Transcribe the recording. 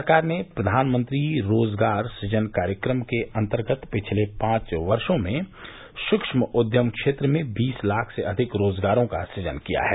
सरकार ने प्रधानमंत्री रोजगार सुजन कार्यक्रम के अंतर्गत पिछले पांच वर्ष में सूक्ष्म उद्यम क्षेत्र में बीस लाख से अधिक रोजगारों का सुजन किया है